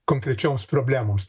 konkrečioms problemoms